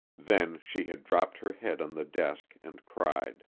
then she had dropped her head on the desk and cried.